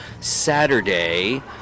Saturday